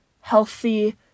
healthy